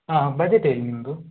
ಹಾಂ ಬಜೆಟ್ ಏನು ನಿಮ್ಮದು